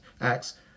Acts